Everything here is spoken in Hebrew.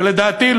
ולדעתי,